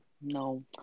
no